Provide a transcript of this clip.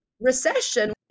recession